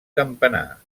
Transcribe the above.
campanar